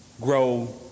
grow